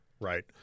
right